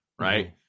right